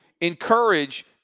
encourage